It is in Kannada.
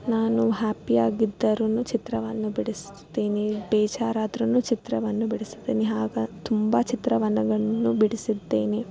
ನಾನು ಹ್ಯಾಪಿಯಾಗಿದ್ದರೂ ಚಿತ್ರವನ್ನು ಬಿಡಿಸುತ್ತೀನಿ ಬೇಜಾರಾದ್ರೂ ಚಿತ್ರವನ್ನು ಬಿಡಿಸುತ್ತೀನಿ ಆಗ ತುಂಬ ಚಿತ್ರವನ್ನು ಗಳನ್ನು ಬಿಡಿಸಿದ್ದೇನೆ